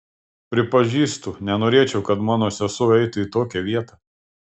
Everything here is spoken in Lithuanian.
prisipažįstu nenorėčiau kad mano sesuo eitų į tokią vietą